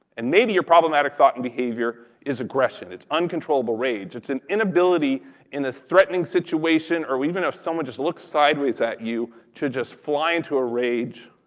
and maybe your problematic thought and behavior is aggression. it's uncontrollable rage. it's an inability in a threatening situation or even if someone just looks sideways at you, to just fly into a rage,